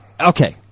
Okay